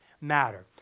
matter